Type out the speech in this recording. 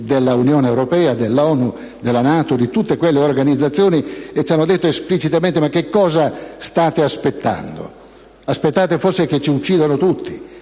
dell'Unione europea, dell'ONU, della NATO e di tutte quelle organizzazioni. Ci hanno detto esplicitamente: «Ma cosa state aspettando, forse che ci uccidano tutti?